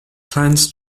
plans